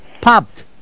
Popped